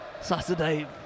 Saturday